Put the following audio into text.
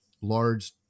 large